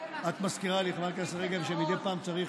את מזכירה לי, חברת הכנסת רגב, שמדי פעם צריך.